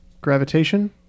gravitation